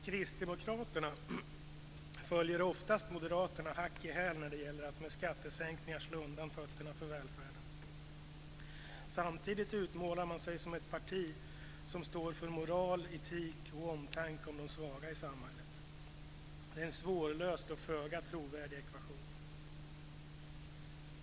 Kristdemokraterna följer oftast Moderaterna hack i häl när det gäller att med skattesänkningar slå undan fötterna för välfärden. Samtidigt utmålar det sig som ett parti som står för moral, etik och omtanke om de svaga i samhället. Det är en svårlöst och föga trovärdig ekvation.